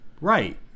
Right